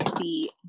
see